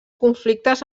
conflictes